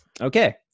okay